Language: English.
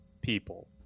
people